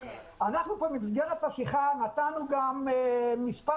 אנחנו פה במסגרת השיחה נתנו גם מספר